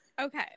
Okay